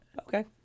Okay